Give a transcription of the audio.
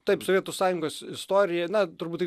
taip sovietų sąjungos istorija na turbūt tai